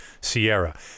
Sierra